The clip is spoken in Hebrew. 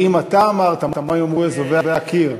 ואם אתה אמרת, מה יאמרו אזובי הקיר,